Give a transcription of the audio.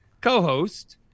co-host